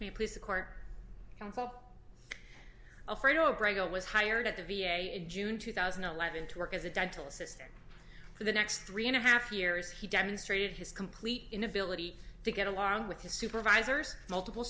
me please the court counsel afraid o'bryant was hired at the v a in june two thousand and eleven to work as a dental assistant for the next three and a half years he demonstrated his complete inability to get along with his supervisors multiple